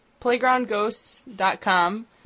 playgroundghosts.com